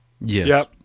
Yes